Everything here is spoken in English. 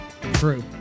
True